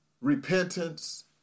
repentance